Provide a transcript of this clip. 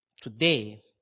today